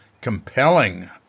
compelling